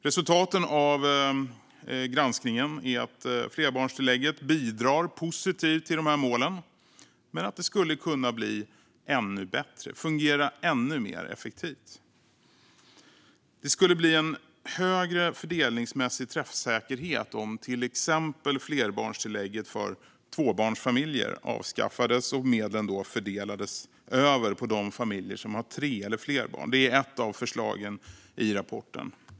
Resultaten av granskningen är att flerbarnstillägget bidrar positivt till de här målen men att det skulle kunna bli ännu bättre och fungera ännu mer effektivt. Det skulle bli en högre fördelningsmässig träffsäkerhet om till exempel flerbarnstillägget för tvåbarnsfamiljer avskaffades och medlen fördes över på de familjer som har tre eller fler barn. Det är ett av förslagen i rapporten.